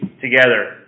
together